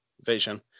vision